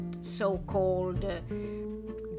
so-called